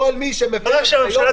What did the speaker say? כל מי שמפר הנחיות, ישלם.